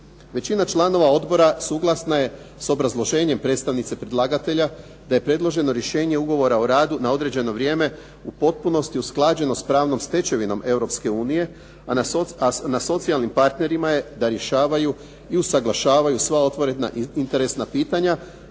Većina članova odbora suglasna je sa obrazloženjem predstavnice predlagatelja, da je preloženo rješenje ugovora o radu na određeno vrijeme u potpunosti usklađeno s pravnom stečevinom Europske unije, a na socijalnim partnerima je da rješavaju i usuglašavaju sva otvorena interesna pitanja,